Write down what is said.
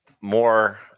more